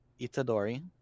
Itadori